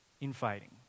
Infighting